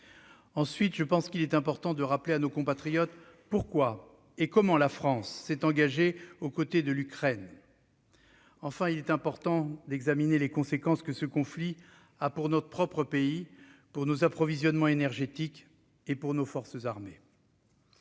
paraît ensuite important de rappeler à nos compatriotes pourquoi et comment la France s'est engagée aux côtés de l'Ukraine. J'examinerai enfin les conséquences que ce conflit emporte pour notre propre pays, pour nos approvisionnements énergétiques et pour nos forces armées.